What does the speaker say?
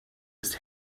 ist